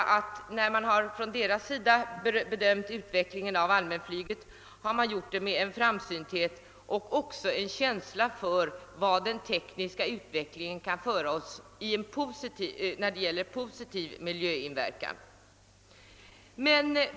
Man har bedömt utvecklingen av allmänflyget med framsynthet och också med känsla för vad den tekniska utvecklingen kan medföra i fråga om positiv miljöinverkan.